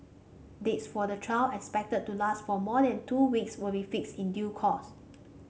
dates for the trial expected to last for more than two weeks will be fixed in due course